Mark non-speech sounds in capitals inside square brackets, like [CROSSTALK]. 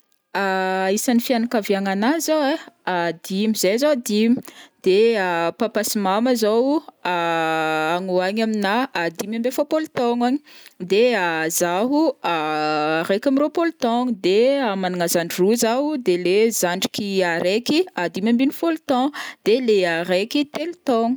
[HESITATION] isan'ny fianakaviagna anahy zao ai [HESITATION] dimy, zahay zao ai dimy, de [HESITATION] papa sy mama o zao [HESITATION] agny ho agny aminà dimy amby efapôlo taogno agny, de [HESITATION] zaho [HESITATION] araiky amby roapôlo taogno, de [HESITATION] managna zandry roa zaho, de leha zandriky araiky dimy amby fôlo taogno, de leha araiky telo taogno.